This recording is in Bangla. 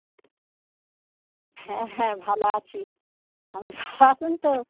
হ্যাঁ হ্যাঁ ভালো আছি আপনি ভালো আছেন তো